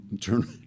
turn